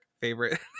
favorite